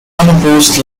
unopposed